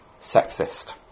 sexist